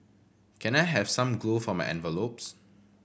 can I have some glue for my envelopes